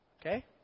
Okay